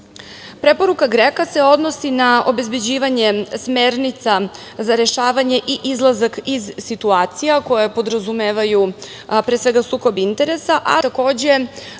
Preporuka GREKO se odnosi na obezbeđivanje smernica za rešavanje i izlazak iz situacija koje podrazumevaju pre svega sukob interesa, ali takođe